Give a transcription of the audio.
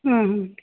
ಹ್ಞೂ ಹ್ಞೂ